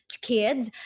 kids